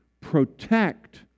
protect